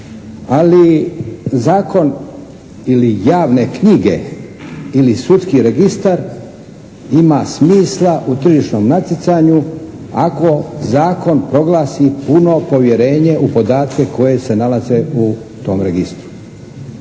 ali zakon ili javne knjige, ili sudski registar ima smisla u tržišnom natjecanju ako zakon proglasi puno povjerenje u podatke koji se nalaze u tom registru.